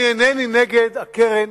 אני אינני נגד הקרן